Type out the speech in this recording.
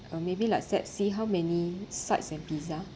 uh maybe like set C how many sides and pizza